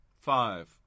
Five